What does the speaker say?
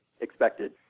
expected